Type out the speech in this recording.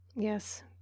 Yes